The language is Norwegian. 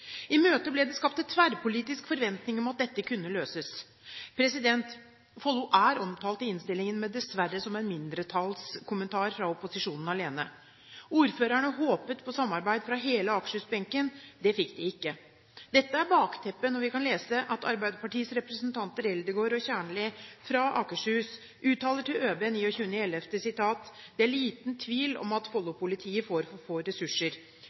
I møtet ble det skapt en tverrpolitisk forventning om at dette kunne løses. Follo er omtalt i innstillingen, men dessverre som en mindretallskommentar fra opposisjonen alene. Ordførerne håpet på samarbeid fra hele Akershus-benken. Det fikk de ikke. Dette er bakteppet når vi kan lese at Arbeiderpartiets representanter Eldegard og Kjernli, fra Akershus, uttaler til Østlandets Blad den 29. november at det er «liten tvil om at Follo-politiet får for få ressurser».